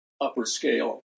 upper-scale